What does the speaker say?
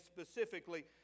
specifically